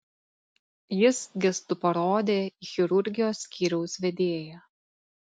jis gestu parodė į chirurgijos skyriaus vedėją